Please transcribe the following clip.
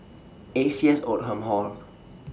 A C S Oldham Hall